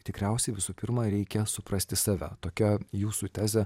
tikriausiai visų pirma reikia suprasti save tokia jūsų tezė